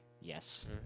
Yes